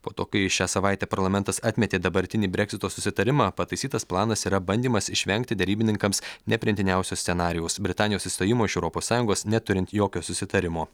po to kai šią savaitę parlamentas atmetė dabartinį breksito susitarimą pataisytas planas yra bandymas išvengti derybininkams nepriimtiniausio scenarijaus britanijos išstojimo iš europos sąjungos neturint jokio susitarimo